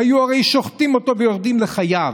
היו הרי שוחטים אותו ויורדים לחייו.